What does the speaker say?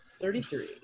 Thirty-three